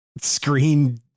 screen